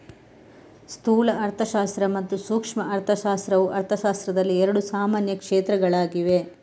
ಸ್ಥೂಲ ಅರ್ಥಶಾಸ್ತ್ರ ಮತ್ತು ಸೂಕ್ಷ್ಮ ಅರ್ಥಶಾಸ್ತ್ರವು ಅರ್ಥಶಾಸ್ತ್ರದಲ್ಲಿ ಎರಡು ಸಾಮಾನ್ಯ ಕ್ಷೇತ್ರಗಳಾಗಿವೆ